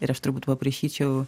ir aš turbūt paprašyčiau